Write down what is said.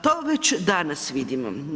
To već danas vidimo.